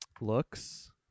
looks